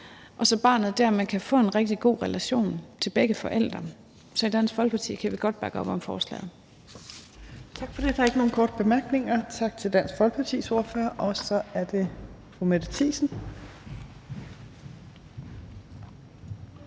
så barnet dermed kan få en rigtig god relation til begge forældre. Så i Dansk Folkeparti kan vi godt bakke op om forslaget. Kl. 18:07 Tredje næstformand (Trine Torp): Tak for det. Der er ikke nogen korte bemærkninger, så vi siger tak til Dansk Folkepartis ordfører. Og så er det fru Mette Thiesen.